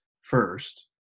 first